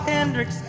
Hendrix